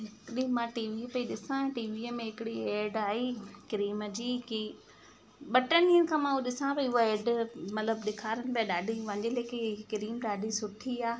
हिकु ॾींहुं मां टीवी पई ॾिसा टीवीअ में हिकिड़ी एड आई क्रीम जी की ॿ टे ॾींहनि खां उहो मां ॾिसा पई उहा एड मतिलबु ॾेखारनि पिया ॾाढी मुंहिंजे लेके इहा क्रीम ॾाढी सुठी आहे